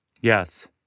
Yes